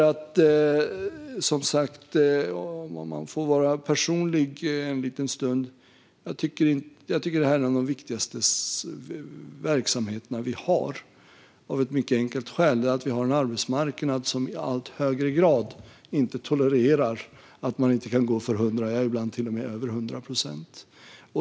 Låt mig vara personlig en liten stund: Jag tycker att det här är en av de viktigaste verksamheterna vi har. Skälet är mycket enkelt, nämligen att vi har en arbetsmarknad som i allt högre grad inte tolererar att man inte kan gå för hundra, ibland till och med över hundra, procent.